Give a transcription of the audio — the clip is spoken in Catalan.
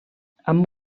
amb